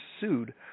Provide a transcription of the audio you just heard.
sued